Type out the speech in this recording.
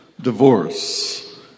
divorce